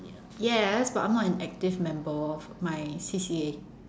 yes but I'm not an active member of my C_C_A